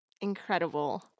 Incredible